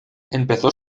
empezó